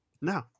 No